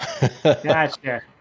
Gotcha